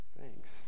Thanks